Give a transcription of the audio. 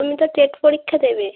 তুমি তো টেট পরীক্ষা দেবে